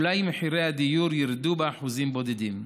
אולי מחירי הדיור ירדו באחוזים בודדים?